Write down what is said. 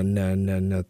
ne ne ne